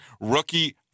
rookie